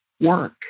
work